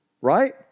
right